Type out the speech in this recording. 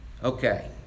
Okay